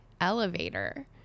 elevator